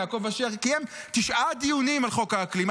יעקב אשר קיים תשעה דיונים על חוק האקלים,